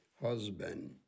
husband